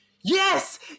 Yes